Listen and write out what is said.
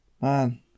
Man